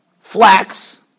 flax